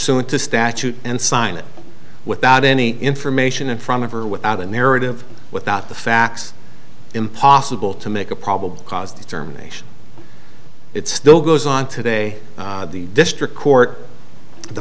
pursuant to statute and sign it without any information in front of or without a narrative without the facts impossible to make a probable cause determination it still goes on today the district court the